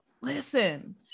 Listen